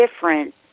different